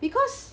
because